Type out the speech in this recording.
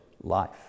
life